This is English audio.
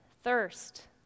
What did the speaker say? thirst